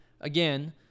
Again